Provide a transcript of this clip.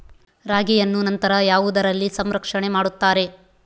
ರಾಗಿಯನ್ನು ನಂತರ ಯಾವುದರಲ್ಲಿ ಸಂರಕ್ಷಣೆ ಮಾಡುತ್ತಾರೆ?